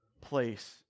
place